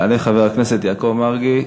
יעלה חבר הכנסת יעקב מרגי,